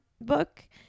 book